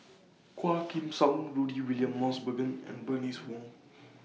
Quah Kim Song Rudy William Mosbergen and Bernice Wong